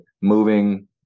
moving